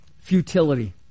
futility